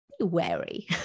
wary